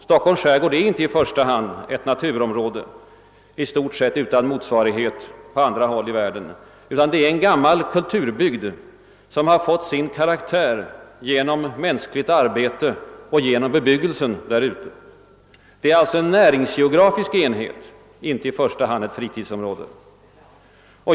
Stockholms skärgård är inte i första hand ett naturområde, som i stort sett saknar motsvarighet på annat håll i världen, utan en gammal kulturbygd som fått sin karaktär av mänskligt arbete och människors bebyggelse. Det är en näringsgeografisk enhet, inte ett fritidsområde.